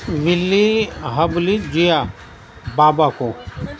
ولی ہبلی جیا بابا کو